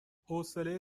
حوصله